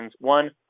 One